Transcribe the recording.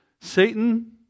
Satan